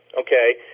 okay